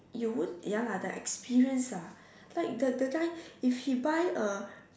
you won't ya lah the experience ah like the the guy if she buys a